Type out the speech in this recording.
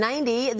90